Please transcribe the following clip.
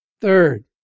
Third